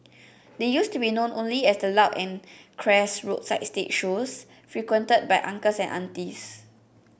they used to be known only as the loud and crass roadside stage shows frequented by uncles and aunties